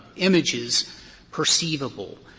images perceivable.